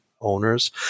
owners